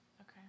okay